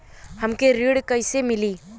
हमके ऋण कईसे मिली?